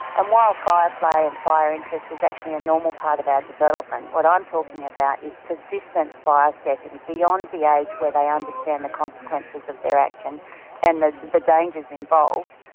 and while fire play and fire interest is actually a normal part of our development, what i'm talking about is persistent fire-setting beyond the age where they understand the consequences of their action action and the the dangers involved,